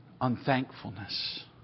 Unthankfulness